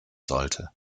sollte